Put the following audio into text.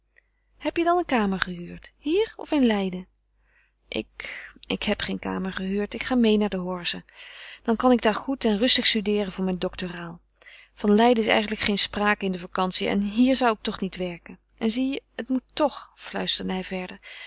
heb je dan een kamer gehuurd hier of in leiden ik ik heb geen kamer gehuurd ik ga meê naar de horze dan kan ik daar goed en rustig studeeren voor mijn doctoraal van leiden is eigenlijk geen sprake in de vacantie en hier zou ik toch niet werken en zie je het moet toch fluisterde hij verder